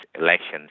elections